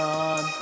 on